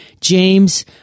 James